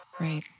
Right